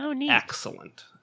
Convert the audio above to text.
excellent